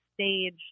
stage